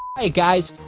hey guys!